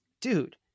Dude